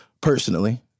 personally